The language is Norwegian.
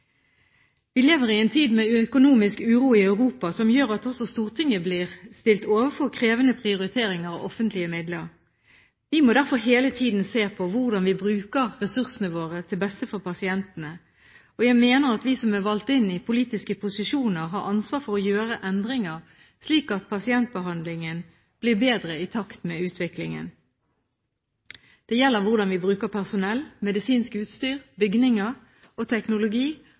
Vi lever i en tid med økonomisk uro i Europa, som gjør at også Stortinget blir stilt overfor krevende prioriteringer av offentlige midler. Vi må derfor hele tiden se på hvordan vi bruker ressursene våre til beste for pasientene. Jeg mener at vi som er valgt inn i politiske posisjoner, har ansvar for å gjøre endringer, slik at pasientbehandlingen blir bedre i takt med utviklingen. Det gjelder hvordan vi bruker personell, medisinsk utstyr, bygninger og teknologi,